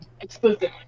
Exclusive